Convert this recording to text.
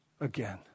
again